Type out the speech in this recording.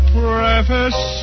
preface